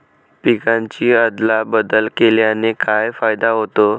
पिकांची अदला बदल केल्याने काय फायदा होतो?